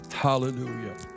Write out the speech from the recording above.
Hallelujah